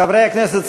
חברי הכנסת,